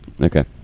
Okay